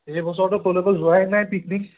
এই বছৰটো ক'লৈকো যোৱাই নাই পিকনিক